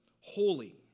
holy